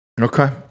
Okay